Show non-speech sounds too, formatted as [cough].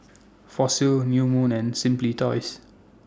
[noise] Fossil New Moon and Simply Toys